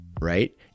right